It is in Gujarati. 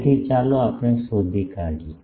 તેથી ચાલો આપણે શોધી કાઢીયે